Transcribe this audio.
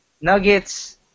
Nuggets